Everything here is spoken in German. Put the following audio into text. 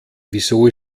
wieso